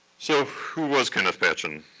so who was kenneth patchen?